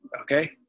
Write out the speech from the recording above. okay